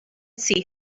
see